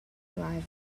arrive